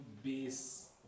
base